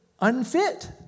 unfit